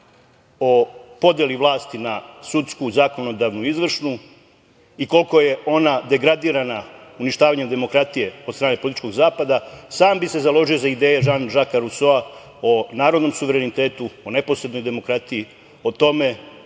o podeli vlasti na sudsku, zakonodavnu i izvršnu i koliko je ona degradirana uništavanjem demokratije od strane političkog zapada, sam bi se založio za ideje Žan Žak Rusoa o narodnom suverenitetu, o neposrednoj demokratiji, o tome